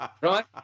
Right